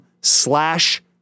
slash